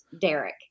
Derek